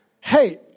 Hey